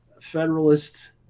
Federalist